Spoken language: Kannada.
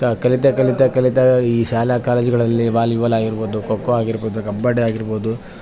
ಕ ಕಲೀತಾ ಕಲೀತಾ ಕಲೀತಾ ಈ ಶಾಲಾಕಾಲೇಜುಗಳಲ್ಲಿ ವಾಲಿಬಾಲ್ ಆಗಿರ್ಬೌದು ಖೋ ಖೋ ಆಗಿರ್ಬೌದು ಕಬಡ್ಡಿ ಆಗಿರ್ಬೌದು